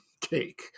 Cake